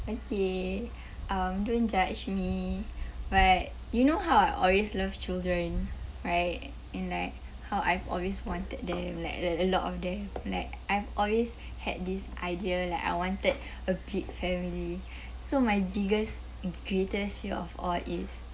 okay um don't judge me but you know how I always loved children right and like how I've always wanted them like like a lot of them like I've always had this idea like I wanted a big family so my biggest and greatest fear of all is